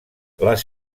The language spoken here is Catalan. les